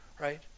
Right